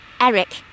Eric